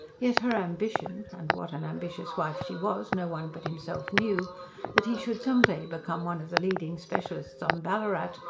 yet her ambition and what an ambitious wife she was, no one but himself knew that he should some day become one of the leading specialists on ballarat,